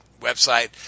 website